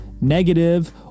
negative